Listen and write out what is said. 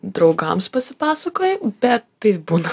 draugams pasipasakoji bet taip būna